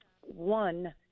one